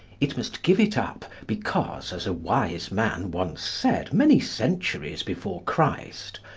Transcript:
it must give it up because, as a wise man once said many centuries before christ,